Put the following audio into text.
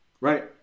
Right